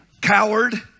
coward